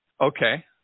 Okay